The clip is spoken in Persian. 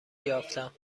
یافتم